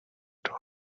too